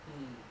mm